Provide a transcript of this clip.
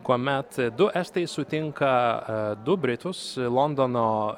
kuomet du estai sutinka du britus londono